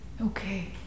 Okay